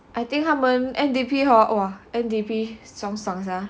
I think 他们 N_D_P hor !wah! N_D_P 爽爽 sia